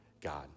God